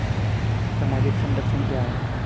सामाजिक संरक्षण क्या है?